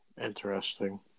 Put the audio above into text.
Interesting